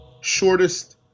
shortest